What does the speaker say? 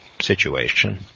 situation